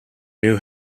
knew